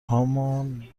هامان